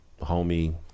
homie